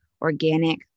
organic